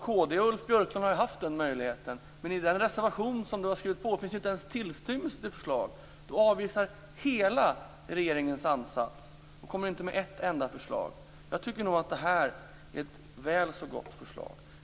Kd och Ulf Björklund har ju haft den möjligheten, men i den reservation som ni har skrivit på finns inte en tillstymmelse till förslag. Ni avvisar hela regeringens ansats och kommer inte med ett enda förslag. Jag tycker att det här är ett väl så gott förslag.